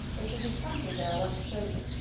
there should be something there i want to show you.